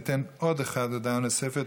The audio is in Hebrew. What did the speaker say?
ניתן לעוד אחד דעה נוספת.